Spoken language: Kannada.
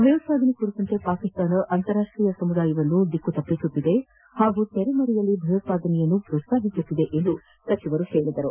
ಭಯೋತ್ವಾದನೆ ಕುರಿತಂತೆ ಪಾಕಿಸ್ತಾನ ಅಂತಾರಾಷ್ಟೀಯ ಸಮುದಾಯವನ್ನು ದಾರಿ ತಪ್ಪಿಸುತ್ತಿದೆ ಹಾಗೂ ತೆರೆಮರೆಯಲ್ಲಿ ಭಯೋತ್ಪಾದನೆಯನ್ನು ಪ್ರೋತ್ಸಾಹಿಸಿದೆ ಎಂದು ಸಚಿವರು ಹೇಳಿದರು